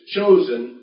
Chosen